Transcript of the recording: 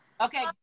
Okay